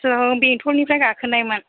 जों बेंथलनिफ्राय गाखोनायमोन